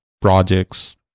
projects